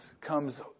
comes